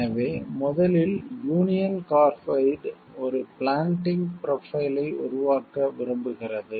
எனவே முதலில் Union Carbide ஒரு பிளான்டிங் ப்ரொபைல் ஐ உருவாக்க விரும்புகிறது